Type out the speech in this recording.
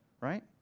right